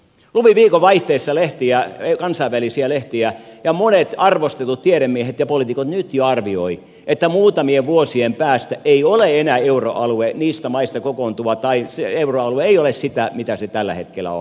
luin viikonvaihteessa kansainvälisiä lehtiä ja monet arvostetut tiedemiehet ja poliitikot nyt jo arvioivat että muutamien vuosien päästä ei ole enää euroalue niistä maista koostuva tai euroalue ei ole sitä mitä se tällä hetkellä on